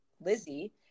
lizzie